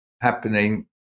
happening